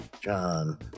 john